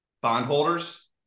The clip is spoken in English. bondholders